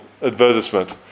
advertisement